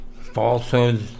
Falsehoods